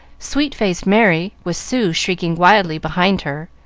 sweet-faced merry with sue shrieking wildly behind her,